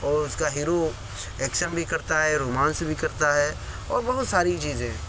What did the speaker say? اور اس کا ہیرو ایکشن بھی کرتا ہے رومانس بھی کرتا ہے اور بہت ساری چیزیں